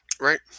Right